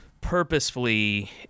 purposefully